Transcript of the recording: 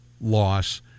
loss